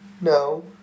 No